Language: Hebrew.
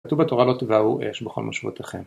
כתוב בתורה לא תבערו אש בכל מושבותיכם.